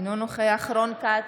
אינו נוכח רון כץ,